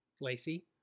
Lacey